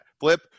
Flip